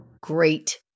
Great